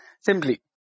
simply